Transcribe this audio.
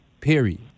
period